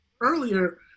earlier